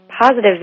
positive